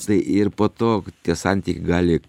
tai ir po to tie santykiai gali